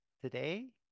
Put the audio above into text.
today